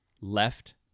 left